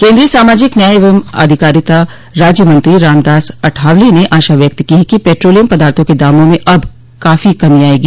केन्द्रीय सामाजिक न्याय एवं अधिकारिता राज्य मंत्री रामदास अठावले ने आशा व्यक्त की है कि पेट्रोलियम पदार्थो के दामों में अब काफी कमी आयेगी